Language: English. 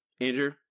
Andrew